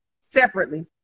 separately